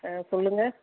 ஆ சொல்லுங்கள்